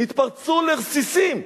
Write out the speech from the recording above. התנפצו לרסיסים.